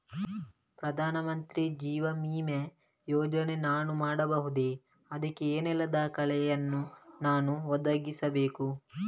ಪ್ರಧಾನ ಮಂತ್ರಿ ಜೀವ ವಿಮೆ ಯೋಜನೆ ನಾನು ಮಾಡಬಹುದೇ, ಅದಕ್ಕೆ ಏನೆಲ್ಲ ದಾಖಲೆ ಯನ್ನು ನಾನು ಒದಗಿಸಬೇಕು?